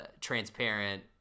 transparent